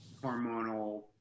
hormonal